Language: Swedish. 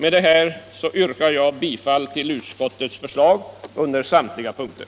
Jag yrkar med detta bifall till utskottets hemställan på samtliga punkter.